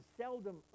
seldom